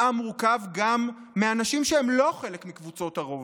העם מורכב גם מאנשים שהם לא חלק מקבוצות הרוב,